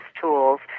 tools